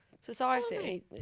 Society